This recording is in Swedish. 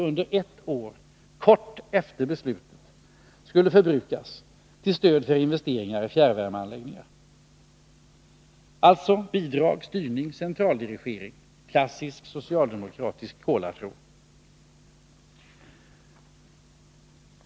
Under ett år, kort efter beslutet, skulle dessa pengar förbrukas till stöd för investeringar i fjärrvärmeanläggningar. Alltså: Bidrag, styrning och centraldirigering. Klassisk socialdemokratisk kolartro!